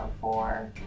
four